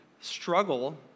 struggle